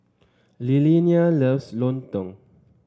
Lilianna loves lontong